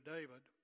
David